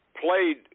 played